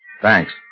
Thanks